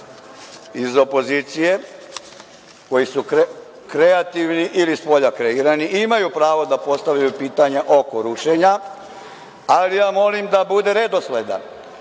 iz opozicije, koji su kreativni ili spolja kreirani, imaju pravo da postavljaju pitanja oko rušenja, ali ja molim da bude redosleda.